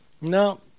No